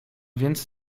więc